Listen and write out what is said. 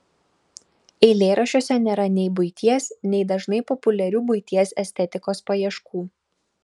eilėraščiuose nėra nei buities nei dažnai populiarių buities estetikos paieškų